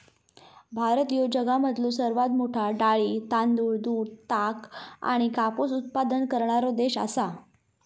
भारत ह्यो जगामधलो सर्वात मोठा डाळी, तांदूळ, दूध, ताग आणि कापूस उत्पादक करणारो देश आसा